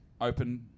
open